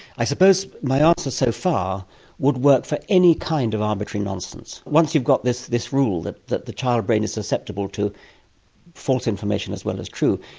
i suppose my answer so far would work with any kind of arbitrary nonsense. once you've got this this rule that that the child brain is susceptible to false information as well as true,